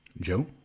Joe